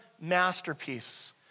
masterpiece